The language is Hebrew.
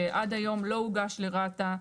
שעד היום לא הוגש לרת"א.